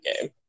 game